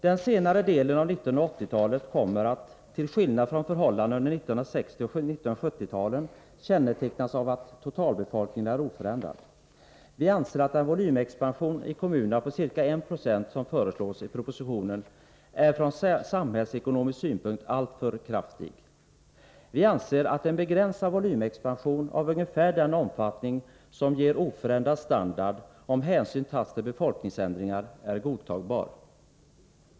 Den senare delen av 1980-talet kommer att — till skillnad från förhållandena under 1960 och 1970-talen — kännetecknas av att totalbefolkningen är oförändrad. Vi anser att den volymexpansion i kommunerna på ca 1 20 som föreslås i propositionen är från samhällsekonomisk synpunkt alltför kraftig. Vi anser att en begränsad volymexpansion av ungefär den omfattning som ger oförändrad standard, om hänsyn tas till befolkningsändringar, är godtagbar.